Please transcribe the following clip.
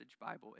Bible